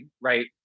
right